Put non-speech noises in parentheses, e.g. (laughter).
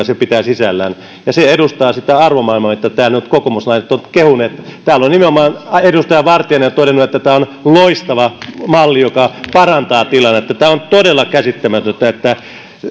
(unintelligible) se pitää sisällään ja se edustaa sitä arvomaailmaa mitä täällä nyt kokoomuslaiset ovat kehuneet täällä nimenomaan edustaja vartiainen on todennut että tämä on loistava malli joka parantaa tilannetta on todella käsittämätöntä että